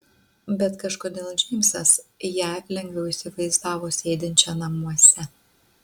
bet kažkodėl džeimsas ją lengviau įsivaizdavo sėdinčią namuose